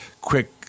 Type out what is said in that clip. quick